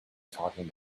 talking